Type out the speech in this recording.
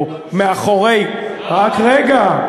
או מאחורי, רק רגע.